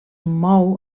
mou